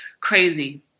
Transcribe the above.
crazy